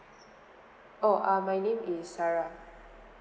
oh uh my name is sarah